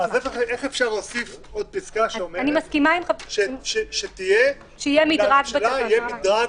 איך אפשר להוסיף עוד פסקה שאומרת שיהיה מדרג קנסות?